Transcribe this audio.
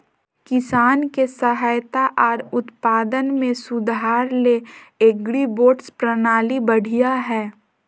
किसान के सहायता आर उत्पादन में सुधार ले एग्रीबोट्स प्रणाली बढ़िया हय